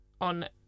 On